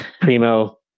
primo